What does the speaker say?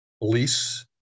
lease